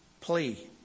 plea